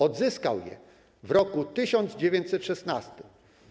Odzyskał je w roku 1916.